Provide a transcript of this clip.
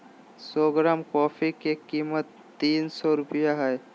सो gram coffee के कीमत तीन सो रुपया हइ